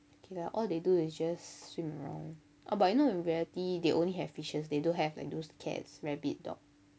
okay lah all they do is just swim around uh you know in reality they only have fishes they don't have like those cats rabbit dog